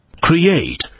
Create